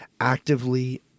actively